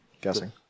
guessing